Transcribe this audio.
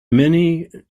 many